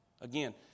Again